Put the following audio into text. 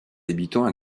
habitants